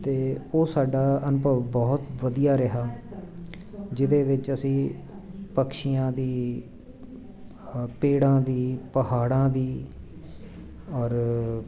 ਅਤੇ ਉਹ ਸਾਡਾ ਅਨੁਭਵ ਬਹੁਤ ਵਧੀਆ ਰਿਹਾ ਜਿਹਦੇ ਵਿੱਚ ਅਸੀਂ ਪਕਸ਼ੀਆਂ ਦੀ ਪੇੜਾਂ ਦੀ ਪਹਾੜਾਂ ਦੀ ਔਰ